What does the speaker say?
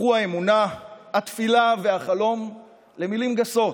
הפכו האמונה, התפילה והחלום למילים גסות.